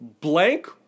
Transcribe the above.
blank